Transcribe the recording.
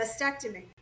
mastectomy